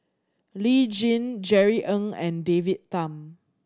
Lee Tjin Jerry Ng and David Tham